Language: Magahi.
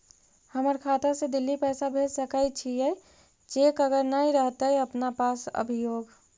हमर खाता से दिल्ली पैसा भेज सकै छियै चेक अगर नय रहतै अपना पास अभियोग?